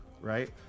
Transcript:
right